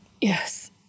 yes